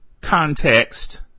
context